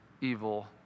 evil